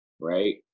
right